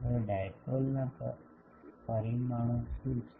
હવે ડાઇપોલ ના પરિમાણો શું છે